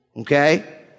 Okay